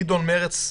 גדעון מרץ,